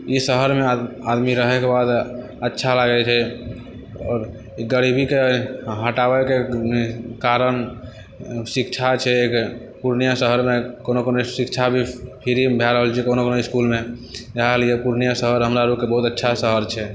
ई शहरमे आदमी रहैके बाद अच्छा लागै छै आओर ई गरीबीके हटाबैके कारण शिक्षा छै पूर्णिया शहरमे कोनो कोनो शिक्षा भी फ्रीमे भए रहल छै कोनो कोनो इसकुलमे इएह लियऽ पूर्णिया शहर हमरा अरुके बहुत अच्छा शहर छै